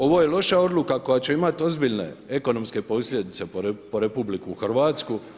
Ovo je loša odluka koja će imati ozbiljne ekonomske posljedice po RH.